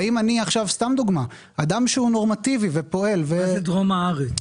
מה זה דרום הארץ?